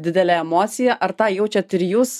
didelę emociją ar tą jaučiat ir jūs